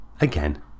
again